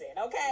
okay